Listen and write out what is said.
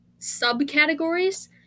subcategories